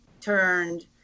turned